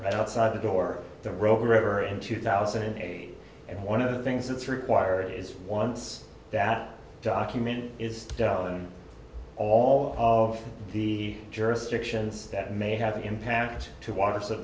that outside the door the rogue river in two thousand and eight and one of the things that's required is once that document is done all of the jurisdictions that may have an impact to water so